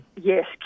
yes